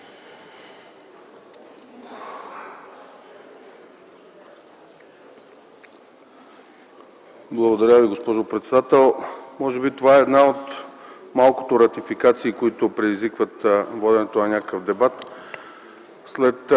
Благодаря Ви, госпожо председател. Може би това е една от малкото ратификации, които предизвикват воденето на някакъв дебат.